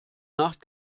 nacht